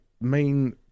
Main